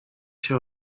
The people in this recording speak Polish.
się